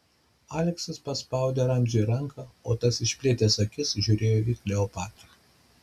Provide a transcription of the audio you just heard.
aleksas paspaudė ramziui ranką o tas išplėtęs akis žiūrėjo į kleopatrą